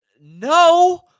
No